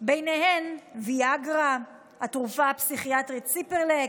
ובהן ויאגרה, התרופות הפסיכיאטריות ציפרלקס,